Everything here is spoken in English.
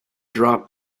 dropped